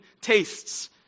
tastes